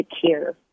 secure